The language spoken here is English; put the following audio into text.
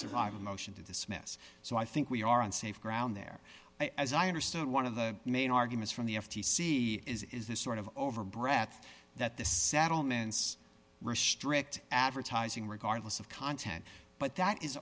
survive a motion to dismiss so i think we are on safe ground there as i understood one of the main arguments from the f t c is is this sort of over breath that the settlements restrict advertising regardless of content but that is